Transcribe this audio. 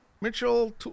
Mitchell